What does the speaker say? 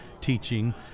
teaching